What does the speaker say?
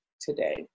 today